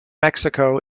mexico